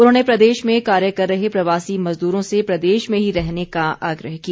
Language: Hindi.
उन्होंने प्रदेश में कार्य कर रहे प्रवासी मज़दूरों से प्रदेश में ही रहने का आग्रह किया